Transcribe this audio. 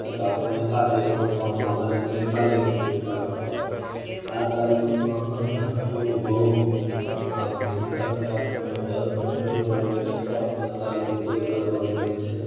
એક આપણને કાર્ય સોંપવામાં આવે અને એની તાલીમ પૂરી પાડવામાં આવે આ તાલીમમાં અંધારું હોવું બહુ ભાગ ભજવે કારણ કે આપણને ડર પણ એટલો લાગે છતાં પણ આ તાલીમ પૂરી કરવાની હોય છે